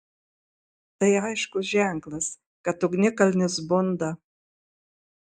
tai aiškus ženklas kad ugnikalnis bunda